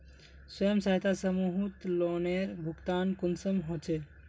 स्वयं सहायता समूहत लोनेर भुगतान कुंसम होचे?